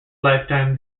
lifetime